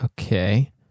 Okay